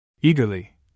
Eagerly